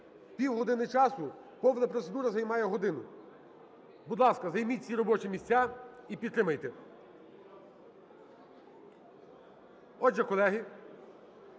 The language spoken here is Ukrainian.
Півгодини часу. Повна процедура займає годину. Будь ласка, займіть всі робочі місця і підтримайте. Отже, колеги,